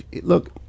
look